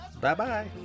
Bye-bye